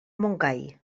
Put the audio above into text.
montgai